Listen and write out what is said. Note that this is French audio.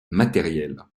matériel